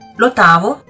L'ottavo